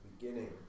beginning